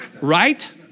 Right